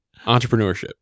Entrepreneurship